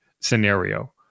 scenario